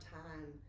time